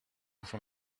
from